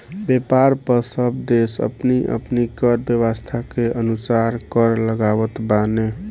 व्यापार पअ सब देस अपनी अपनी कर व्यवस्था के अनुसार कर लगावत बाने